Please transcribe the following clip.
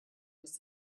dies